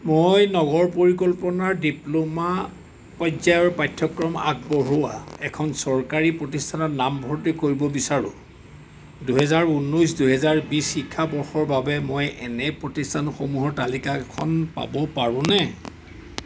মই নগৰ পৰিকল্পনাৰ ডিপ্ল'মা পৰ্যায়ৰ পাঠ্যক্ৰম আগবঢ়োৱা এখন চৰকাৰী প্ৰতিষ্ঠানত নামভৰ্তি কৰিব বিচাৰোঁ দুহেজাৰ ঊনৈছ দুহেজাৰ বিছ শিক্ষাবৰ্ষৰ বাবে মই এনে প্ৰতিষ্ঠানসমূহৰ তালিকা এখন পাব পাৰোঁনে